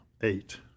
eight